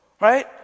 right